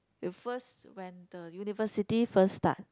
it first when the university first start